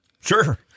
Sure